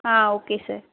ah okay sir